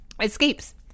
Escapes